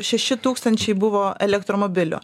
šeši tūkstančiai buvo elektromobilių